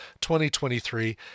2023